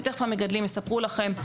ותיכף המגדלים יספרו לכם,